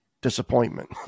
disappointment